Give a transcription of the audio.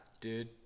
dude